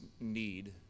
need